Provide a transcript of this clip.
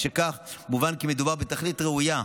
משכך, מובן כי מדובר בתכלית ראויה.